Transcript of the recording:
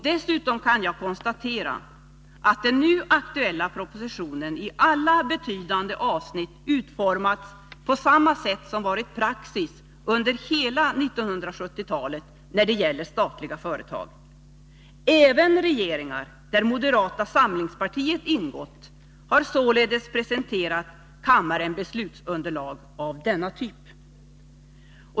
Dessutom kan jag konstatera att den nu aktuella propositionen i alla betydande avsnitt utformats på samma sätt som varit praxis under hela 1970-talet när det gällt statliga företag. Även regeringar där moderata samlingspartiet ingått har således presenterat kammaren beslutsunderlag av denna typ.